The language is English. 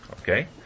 okay